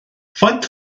faint